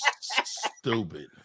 stupid